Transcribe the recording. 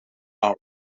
are